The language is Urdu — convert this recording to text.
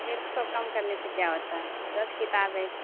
ایک سو کم کرنے سے کیا ہوتا ہے دس کتاب ہے